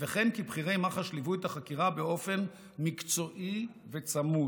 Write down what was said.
וכן כי בכירי מח"ש ליוו את החקירה באופן מקצועי וצמוד,